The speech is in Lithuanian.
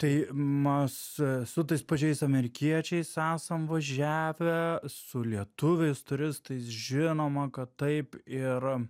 tai mes su tais pačiais amerikiečiais esam važiavę su lietuviais turistais žinoma kad taip ir